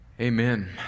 Amen